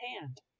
hand